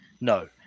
no